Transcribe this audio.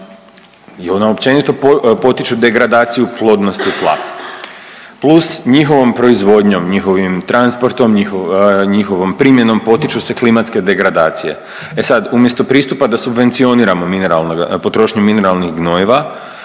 i ona općenito potiču degradaciju plodnosti tla. Plus njihovom proizvodnjom, njihovim transportom, njihovom primjenom potiču se klimatske degradacije. E sad umjesto pristupa da subvencioniramo mineralnu potrošnju mineralnih gnojiva